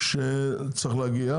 שצריך להגיע,